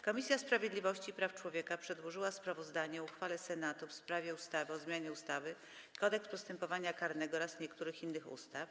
Komisja Sprawiedliwości i Praw Człowieka przedłożyła sprawozdanie o uchwale Senatu w sprawie ustawy o zmianie ustawy Kodeks postępowania karnego oraz niektórych innych ustaw.